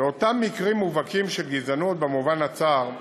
לאותם מקרים מובהקים של גזענות במובן הצר,